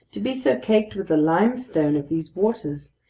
to be so caked with the limestone of these waters,